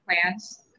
plans